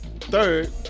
Third